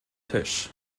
tisch